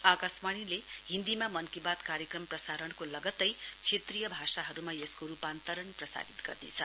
आकाशवाणीले हिन्दीमा मन की बात कार्यक्रम प्रसारणको लगत्तै क्षेत्रीय भाषाहरूमा यसको रूपान्तरण प्रसारित गर्नेछ